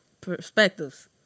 Perspectives